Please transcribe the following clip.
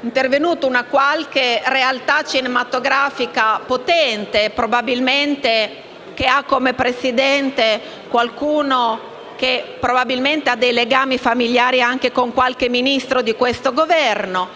intervenuta una qualche realtà cinematografica potente, che probabilmente ha come Presidente qualcuno che ha dei legami familiari anche con qualche Ministro di questo Governo: